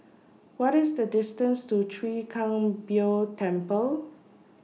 What IS The distance to Chwee Kang Beo Temple